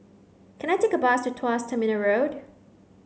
can I take a bus to Tuas Terminal Road